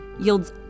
yields